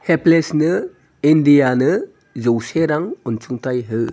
HelpAge इन्डियानो जौसे रां अनसुंथाइ हो